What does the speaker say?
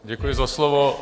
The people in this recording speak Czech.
Děkuji za slovo.